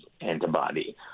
antibody